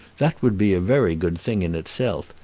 that would be a very good thing in itself,